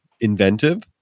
inventive